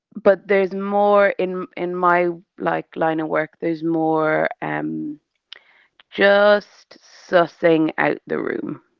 but there's more in in my, like, line of work, there's more um just sussing out the room.